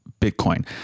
Bitcoin